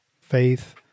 faith